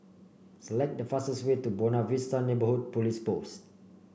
select the fastest way to Buona Vista Neighbourhood Police Post